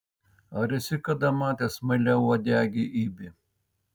ar esi kada matęs smailiauodegį ibį